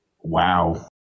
Wow